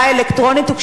הוגשה לי הבקשה.